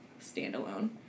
standalone